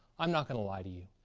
i'm not going to lie to you.